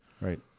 Right